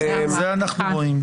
את זה אני רואה.